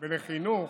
ולחינוך,